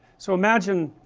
so imagine